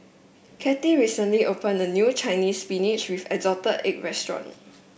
Kathey recently opened a new Chinese Spinach with assorted egg restaurant